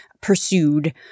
pursued